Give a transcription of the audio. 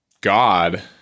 God